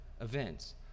events